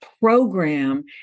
program